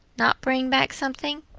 not bring back something,